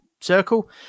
circle